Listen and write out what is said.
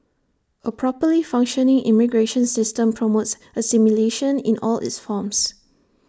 A properly functioning immigration system promotes assimilation in all its forms